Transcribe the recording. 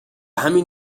همین